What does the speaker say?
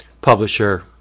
publisher